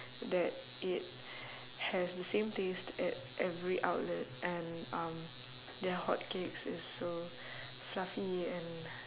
that it has the same taste at every outlet and um their hotcakes is so fluffy and